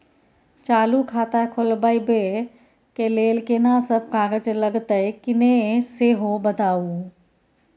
चालू खाता खोलवैबे के लेल केना सब कागज लगतै किन्ने सेहो बताऊ?